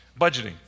Budgeting